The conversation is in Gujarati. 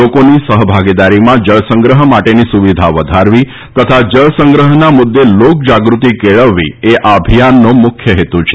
લોકોની સહભાગીદારીમાં જળસંગ્રહ માટેની સુવિધા વધારવી તથા જળસંગ્રહના મુદ્દે લોકજાગૃત્તિ કેળવવી એ આ અભિયાનનો મુખ્ય હેતુ છે